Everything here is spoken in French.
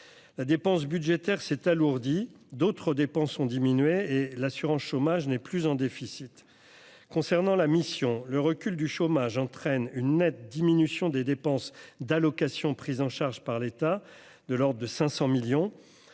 la dépense budgétaire s'est alourdi d'autres dépenses ont diminué et l'assurance chômage n'est plus en déficit concernant la mission, le recul du chômage entraîne une nette diminution des dépenses d'allocations, prise en charge par l'État, de l'ordre de 500 millions